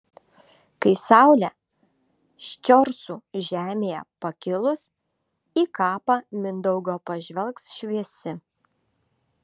kai saulė ščorsų žemėje pakilus į kapą mindaugo pažvelgs šviesi